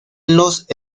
los